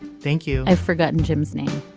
thank you. i've forgotten jim's name.